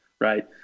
Right